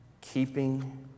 keeping